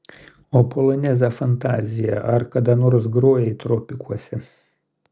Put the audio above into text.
o polonezą fantaziją ar kada nors grojai tropikuose